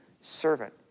servant